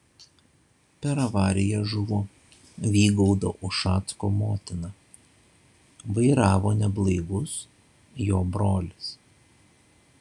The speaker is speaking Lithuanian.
per avariją žuvo vygaudo ušacko motina vairavo neblaivus jo brolis